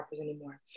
anymore